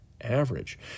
average